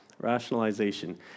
Rationalization